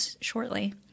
shortly